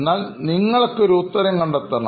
എന്നാൽ നിങ്ങൾക്ക് ഒരു ഉത്തരം കണ്ടെത്തണം